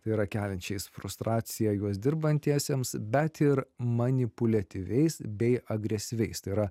tai yra keliančiais frustraciją juos dirbantiesiems bet ir manipuliatyviais bei agresyviais tai yra